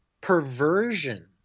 perversion